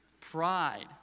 Pride